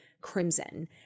crimson